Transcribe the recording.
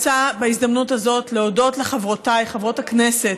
בהזדמנות הזאת אני רוצה להודות לחברותיי חברות הכנסת.